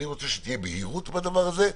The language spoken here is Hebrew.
אני רוצה שתהיה בהירות בדבר הזה,